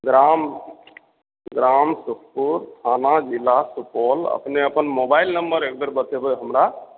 ग्राम ग्राम सुखपुर थाना जिला सुपौल अपने अपन मोबाइल नम्बर एकबेर बतैबै हमरा